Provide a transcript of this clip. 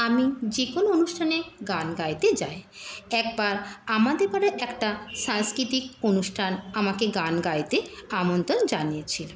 আমি যেকোনো অনুষ্ঠানে গান গাইতে যাই একবার আমাদের পাড়ায় একটা সাংস্কৃতিক অনুষ্ঠান আমাকে গান গাইতে আমন্ত্রণ জানিয়েছিলো